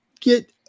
Get